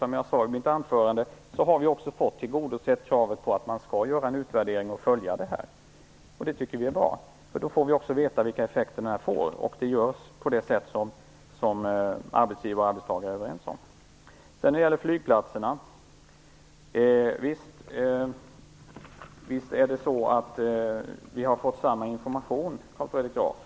Som jag sade i mitt anförande har Miljöpartiet också fått tillgodosett kravet på att man skall göra en utvärdering och följa frågan, och det tycker vi är bra. Då får vi också veta vilka effekter det får, och det görs på det sätt som arbetsgivare och arbetstagare är överens om. När det sedan gäller flygplatserna har vi fått samma information, Carl Fredrik Graf.